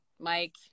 Mike